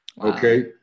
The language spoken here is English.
Okay